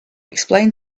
explain